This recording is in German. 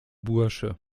bursche